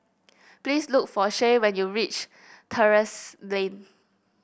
please look for Shay when you reach Terrasse Lane